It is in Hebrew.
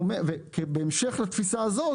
בהמשך לתפיסה הזאת,